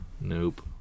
Nope